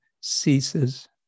ceases